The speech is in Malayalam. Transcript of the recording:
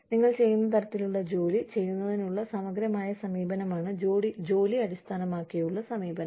നിങ്ങൾ ചെയ്യുന്ന തരത്തിലുള്ള ജോലി ചെയ്യുന്നതിനുള്ള സമഗ്രമായ സമീപനമാണ് ജോലി അടിസ്ഥാനമാക്കിയുള്ള സമീപനം